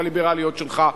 הליברליות שלך,